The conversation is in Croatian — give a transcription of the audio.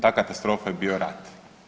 Ta katastrofa je bio rat.